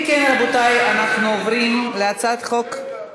אם כן, רבותי, אנחנו עוברים להצעת חוק, רגע.